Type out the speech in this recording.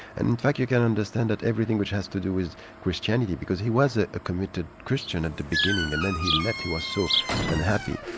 and in fact you can understand that everything which has to do with christianity, because he was a committed christian at the beginning, and then he left, he was so unhappy.